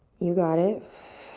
you got it.